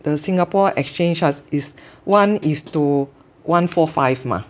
the Singapore exchange ah is one is to one four five mah